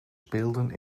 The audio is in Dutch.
speelden